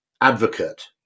advocate